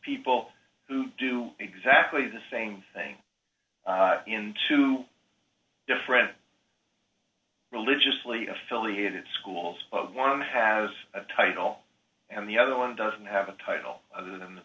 people who do exactly the same thing in two different religiously affiliated schools but one has a title and the other one doesn't have a title other than the